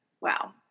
Wow